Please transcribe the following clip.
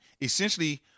Essentially